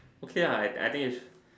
okay lah I I think it's